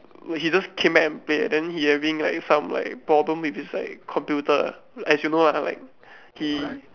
where he just came back and play then he having like some like problem with his like computer as you know lah like he